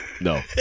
No